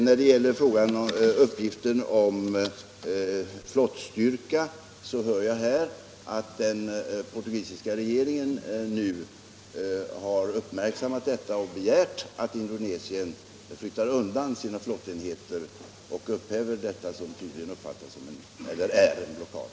När det gäller uppgiften om den indonesiska flottstyrkans närvaro hör jag här att den portugisiska regeringen nu har uppmärksammat förhållandet och begärt att Indonesien skall dra bort sina flottenheter från östra Timor och upphäva vad som tydligen är en blockad.